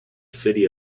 city